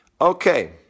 Okay